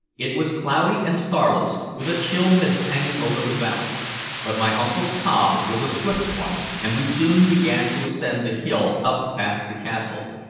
it was cloudy and starless, with a chill mist hanging over the valley but my uncle's cob was a swift one, and we soon began to ascend the hill up past the castle,